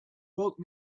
woke